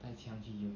带枪去就可以了